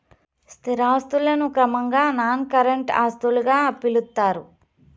స్థిర ఆస్తులను క్రమంగా నాన్ కరెంట్ ఆస్తులుగా పిలుత్తారు